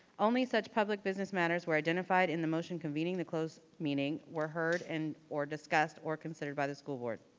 only such public business matters were identified in the motion convening the close meeting were heard and or discussed or considered by the school board.